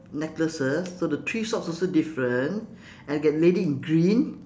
necklaces so the three socks also different and I get lady in green